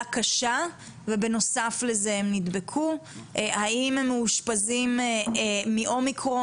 קשה ובנוסף לזה הם נדבקו בקורונה והאם הם מאושפזים מאומיקרון,